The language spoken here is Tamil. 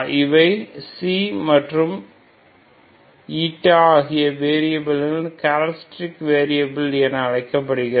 இவை ξ and η ஆகிய வெரியாபில் கேரக்டரிஸ்டிகஸ் வெரியாபில் என அழைக்கப்படுகிறது